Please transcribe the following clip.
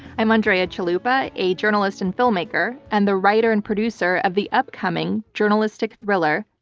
i'm andrea chalupa, a journalist and filmmaker, and the writer and producer of the upcoming journalistic thriller,